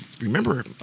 remember